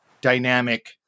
dynamic